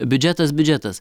biudžetas biudžetas